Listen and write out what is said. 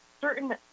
certain